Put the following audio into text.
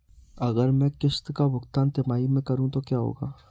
अगर मैं किश्त का भुगतान तिमाही में करूं तो क्या होगा?